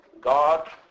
God